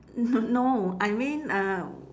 no no I mean uh